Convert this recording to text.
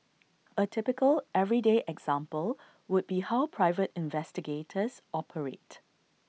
A typical everyday example would be how private investigators operate